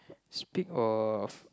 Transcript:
speak of